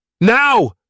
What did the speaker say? Now